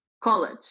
college